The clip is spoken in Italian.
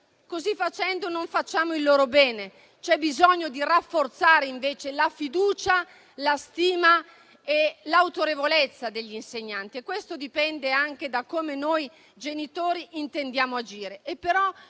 Così facendo, non facciamo il loro bene. C'è bisogno di rafforzare, invece, la fiducia, la stima e l'autorevolezza degli insegnanti. Questo dipende anche da come noi genitori intendiamo agire.